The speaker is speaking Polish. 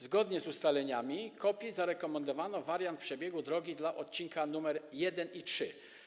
Zgodnie z ustaleniami KOPI zarekomendowano wariant przebiegu drogi dla odcinków nr 1 i 3.